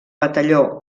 batalló